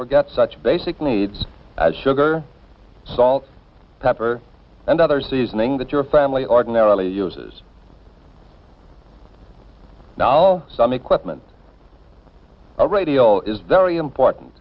forget such basic needs as sugar salt pepper and other seasoning that your family ordinarily uses now some equipment or radio is very important